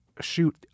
shoot